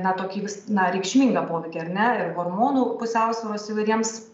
na tokį vis na reikšmingą poveikį ar ne ir hormonų pusiausvyros įvairiems